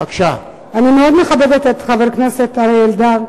אני מאוד מכבדת את חבר הכנסת אריה אלדד,